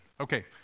Okay